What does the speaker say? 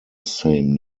same